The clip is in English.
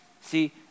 See